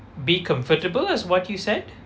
be comfortable as what you said